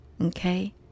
Okay